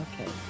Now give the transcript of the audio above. Okay